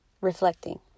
reflecting